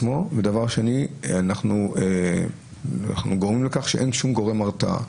אנחנו גורמים לכך שאין שום גורם הרתעה.